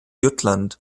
jutland